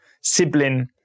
sibling